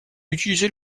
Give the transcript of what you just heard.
utilisait